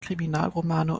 kriminalromane